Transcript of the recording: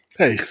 hey